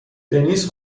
دنیس